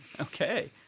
Okay